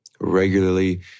regularly